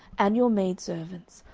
and your maidservants,